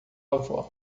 avó